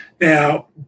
now